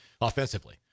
offensively